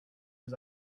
his